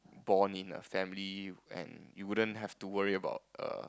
born in a family and you wouldn't have to worry about err